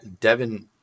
Devin